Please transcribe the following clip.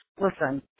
Listen